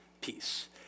peace